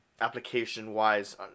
application-wise